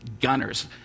gunners